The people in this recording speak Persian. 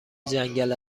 جنگل